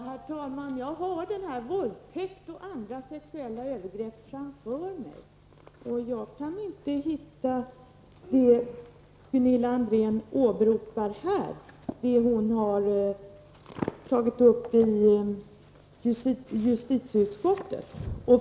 Herr talman! Jag har betänkandet Våldtäkt och andra sexuella övergrepp framför mig. Jag kan inte här hitta det som Gunilla André åberopar och som hon har tagit upp i justitieutskottet.